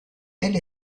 elle